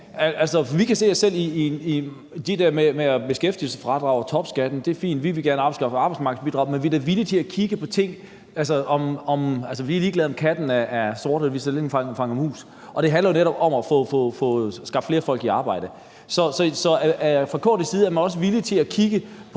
vi kan se os selv i det der med beskæftigelsesfradraget og topskatten; det er fint. Vi vil gerne afskaffe arbejdsmarkedsbidraget, men vi er da villige til at kigge på tingene. Altså, vi er ligeglade, om katten er sort, så længe den fanger mus, og det handler jo netop om at få flere folk i arbejde. Så er man fra KD's side også villig til at kigge på